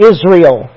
Israel